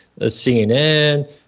CNN